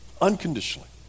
unconditionally